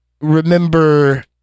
remember